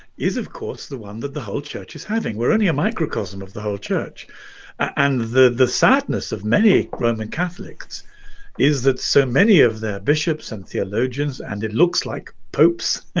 is of course the one that the whole church is having. we're only a microcosm of the whole church and the the sadness of many roman catholics is that so many of their bishops and theologians and it looks like popes